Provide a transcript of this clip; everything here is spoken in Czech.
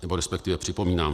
Nebo to respektive připomínám.